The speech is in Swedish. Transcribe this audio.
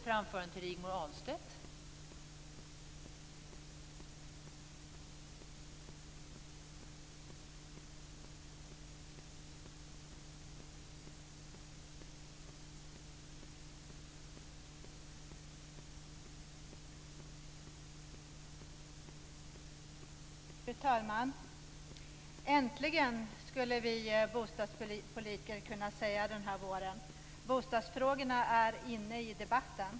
Fru talman! "Äntligen!" skulle vi bostadspolitiker kunna säga denna vår. Bostadsfrågorna är inne i debatten.